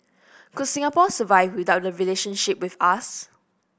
could Singapore survive without the relationship with us